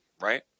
right